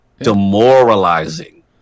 demoralizing